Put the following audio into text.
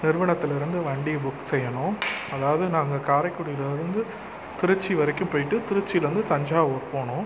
நிறுவனத்திலருந்து வண்டி புக் செய்யணும் அதாவது நாங்கள் காரைக்குடியிலேருந்து திருச்சி வரைக்கும் போய்ட்டு திருச்சிலேருந்து தஞ்சாவூர் போகணும்